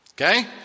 Okay